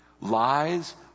Lies